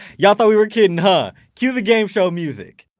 y'all thought we were kidding huh? cue the game show music!